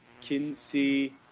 Kinsey